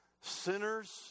Sinners